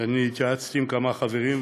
ואני התייעצתי עם כמה חברים,